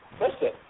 listen